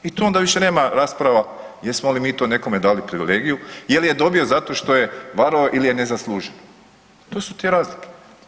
I tu onda više nema rasprava jesmo li to nekome dali privilegiju, je li je dobio zato što je varao ili je ne zaslužio, to su te razlike.